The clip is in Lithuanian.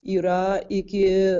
yra iki